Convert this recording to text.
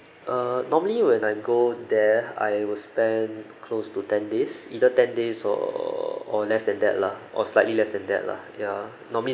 uh normally when I go there I will spend close to ten days either ten days or or less than that lah or slightly less than that lah ya normally